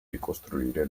ricostruire